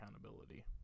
accountability